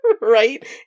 Right